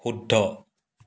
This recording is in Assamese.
শুদ্ধ